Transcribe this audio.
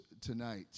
tonight